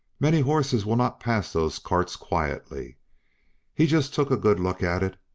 many horses will not pass those carts quietly he just took a good look at it,